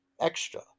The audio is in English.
extra